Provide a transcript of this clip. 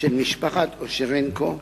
של משפחת אושרנקו,